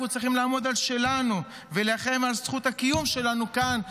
אנחנו צריכים לעמוד על שלנו ולהילחם על זכות הקיום שלנו כאן,